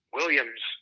Williams